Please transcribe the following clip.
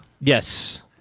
Yes